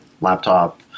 laptop